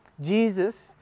Jesus